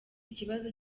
ikibazo